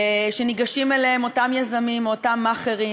וניגשים אליהם אותם יזמים או אותם מאכערים